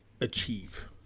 achieve